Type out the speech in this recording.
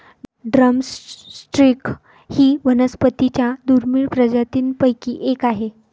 drum stick ही वनस्पतीं च्या दुर्मिळ प्रजातींपैकी एक आहे